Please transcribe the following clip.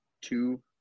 two